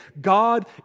God